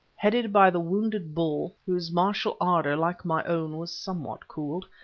headed by the wounded bull, whose martial ardour, like my own, was somewhat cooled,